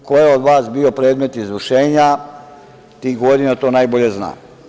Ko je od vas bio predmet izvršenja tih godina to najbolje zna.